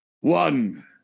One